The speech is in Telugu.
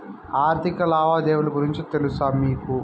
ఆర్థిక లావాదేవీల గురించి తెలుసా మీకు